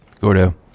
Gordo